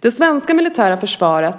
Det svenska militära försvar